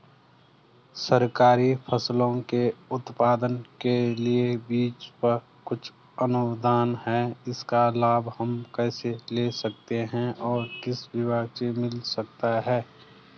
सरकारी फसलों के उत्पादन के लिए बीज पर कुछ अनुदान है इसका लाभ हम कैसे ले सकते हैं और किस विभाग से मिल सकता है?